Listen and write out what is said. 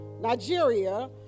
Nigeria